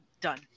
done